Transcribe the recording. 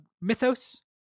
Mythos